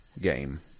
game